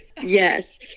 Yes